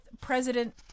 President